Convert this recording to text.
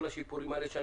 כל השיפורים האלה?